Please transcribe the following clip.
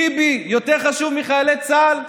טיבי יותר חשוב מחיילי צה"ל?